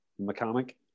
mechanic